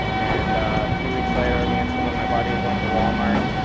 and few weeks later, me and some of my buddies went to walmart,